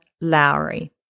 Lowry